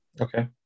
okay